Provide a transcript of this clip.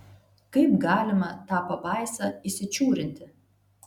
kaip galima tą pabaisą įsičiūrinti